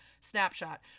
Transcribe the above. Snapshot